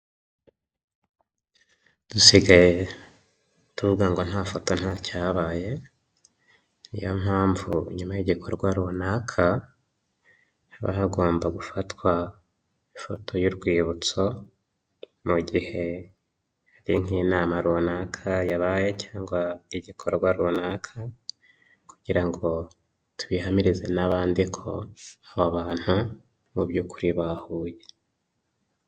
Dusigaye tuvuga ngo nta foto nta cyabaye, ni yo mpamvu inyuma y'igikorwa runaka, haba hagomba gufatwa ifoto y'urwibutso, mu gihe hari nk'inama runaka yabaye cyangwa igikorwa runaka, kugira ngo tubihamirize n'abandi ko aba bantu mu by'ukuri bahuye.